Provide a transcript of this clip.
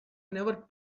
never